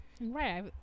right